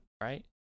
right